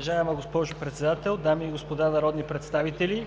Уважаема госпожо Председател, дами и господа народни представители!